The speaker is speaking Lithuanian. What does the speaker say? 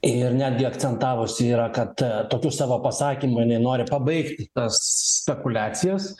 ir netgi akcentavusi yra kad tokiu savo pasakymu jinai nori pabaigti tas spekuliacijas